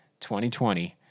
2020